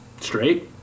straight